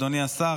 אדוני השר,